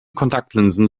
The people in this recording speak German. kontaktlinsen